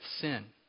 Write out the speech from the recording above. sin